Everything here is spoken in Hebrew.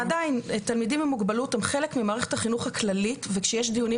ועדיין תלמידים עם מוגבלות הם חלק ממערכת החינוך הכללית וכשיש דיונים